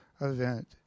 event